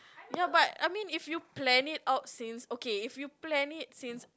ya but I mean if you plan it out since okay if you plan it since